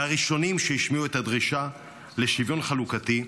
מהראשונים שהשמיעו את הדרישה לשוויון חלוקתי,